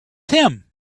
him